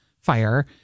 fire